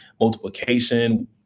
multiplication